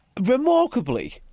remarkably